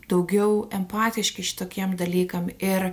daugiau empatiški šitokiem dalykam ir